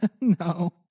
No